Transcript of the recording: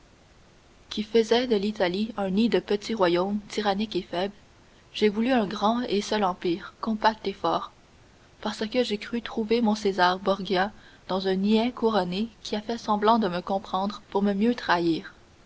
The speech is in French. qui faisaient de l'italie un nid de petits royaumes tyranniques et faibles j'ai voulu un grand et seul empire compact et fort parce que j'ai cru trouver mon césar borgia dans un niais couronné qui a fait semblant de me comprendre pour me mieux trahir